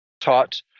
taught